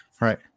Right